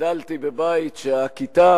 גדלתי בבית שהכיתאב,